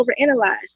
overanalyze